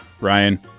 Ryan